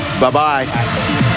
Bye-bye